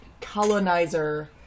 colonizer